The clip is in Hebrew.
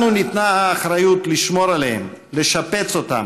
לנו ניתנה האחריות לשמור עליהם, לשפץ אותם,